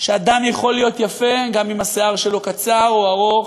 שאדם יכול להיות יפה גם אם השיער שלו קצר או ארוך,